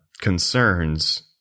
concerns